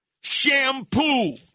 shampoo